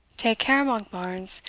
take care, monkbarns!